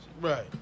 Right